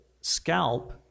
scalp